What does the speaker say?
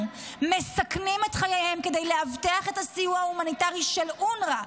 מסכנים את חייהם כדי לאבטח את הסיוע ההומניטרי של אונר"א,